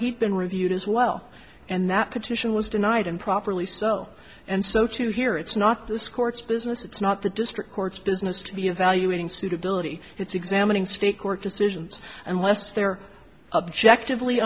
he'd been reviewed as well and that petition was denied and properly so and so to hear it's not this court's business it's not the district courts business to be evaluating suitability it's examining state court decisions unless they're objectively